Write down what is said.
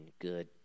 good